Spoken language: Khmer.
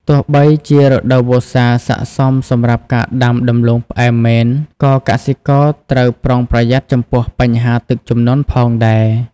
ទោះបីជារដូវវស្សាស័ក្តិសមសម្រាប់ការដាំដំឡូងផ្អែមមែន ក៏កសិករត្រូវប្រុងប្រយ័ត្នចំពោះបញ្ហាទឹកជំនន់ផងដែរ។